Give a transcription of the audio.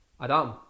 Adam